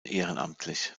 ehrenamtlich